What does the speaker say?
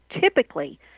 typically